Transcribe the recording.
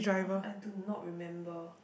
uh I do not remember